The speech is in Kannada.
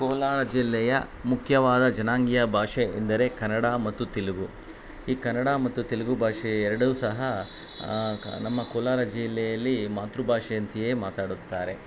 ಕೋಲಾರ ಜಿಲ್ಲೆಯ ಮುಖ್ಯವಾದ ಜನಾಂಗೀಯ ಭಾಷೆ ಎಂದರೆ ಕನ್ನಡ ಮತ್ತು ತೆಲುಗು ಈ ಕನ್ನಡ ಮತ್ತು ತೆಲುಗು ಭಾಷೆ ಎರಡೂ ಸಹ ನಮ್ಮ ಕೋಲಾರ ಜಿಲ್ಲೆಯಲ್ಲಿ ಮಾತೃಭಾಷೆಯಂತೆಯೇ ಮಾತಾಡುತ್ತಾರೆ